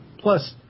plus